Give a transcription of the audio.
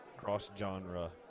Cross-genre